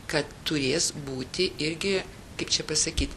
kad turės būti irgi kaip čia pasakyt